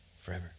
forever